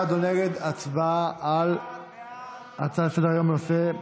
הצבעה על הצעה לסדר-היום בנושא: